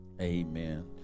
Amen